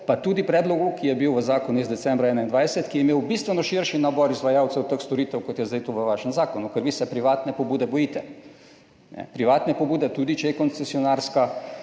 pa tudi predlogu, ki je bil v zakonu iz decembra 2021, ki je imel bistveno širši nabor izvajalcev teh storitev, kot je zdaj to v vašem zakonu, ker vi se privatne pobude bojite. Privatne pobude, tudi če je koncesionarska